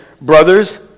Brothers